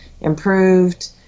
improved